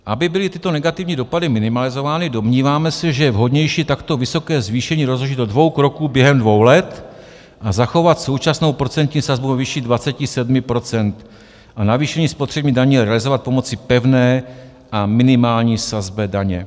Aby byly tyto negativní dopady minimalizovány, domníváme se, že je vhodnější takto vysoké zvýšení rozložit do dvou kroků během dvou let a zachovat současnou procentní sazbu ve výši 27 procent a navýšení spotřební daně realizovat pomocí pevné a minimální sazbové daně.